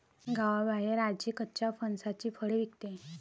गावाबाहेर आजी कच्च्या फणसाची फळे विकते